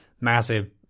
massive